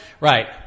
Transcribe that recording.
right